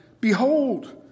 Behold